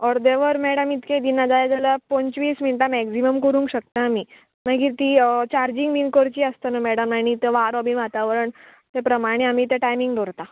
अर्दे वर मॅडम इतके दिना जाय जाल्यार पंचवीस मिनटां मॅक्जिमम करूंक शकता आमी मागीर ती चार्जींग बीन करची आसतना मॅडम आनी ते वारो बी वातावरण त्या प्रमाणे आमी ते टायमींग दवरता